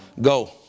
Go